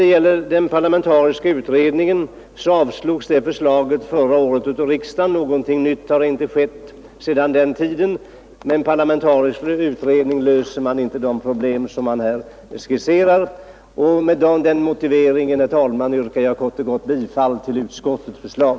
Förslaget om en parlamentarisk utredning avslogs av riksdagen förra året och någonting nytt har inte skett sedan dess. Med en parlamentarisk utredning löser man inte de problem som motionärerna skisserar. Med den motiveringen yrkar jag, herr talman, kort och gott bifall till utskottets hemställan.